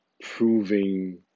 proving